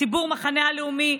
של המחנה הלאומי,